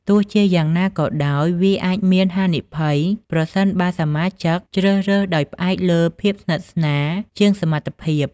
ទោះជាយ៉ាងណាក៏ដោយ វាអាចមានហានិភ័យប្រសិនបើសមាជិកជ្រើសរើសដោយផ្អែកលើភាពស្និទ្ធស្នាលជាងសមត្ថភាព។